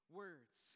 words